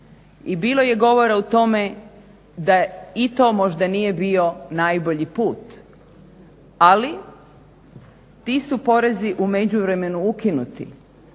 i bilo je govora o tome da i to možda nije bio najbolji put. Ali ti su porezi u međuvremenu ukinuti,